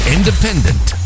Independent